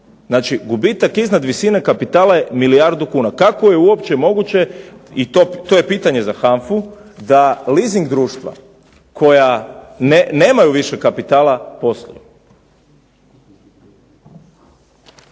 Znači, gubitak iznad visine kapitala je milijardu kuna, kako je uopće moguće i to je pitanje za HANFU da leasing društva koja nemaju više kapitala posluju.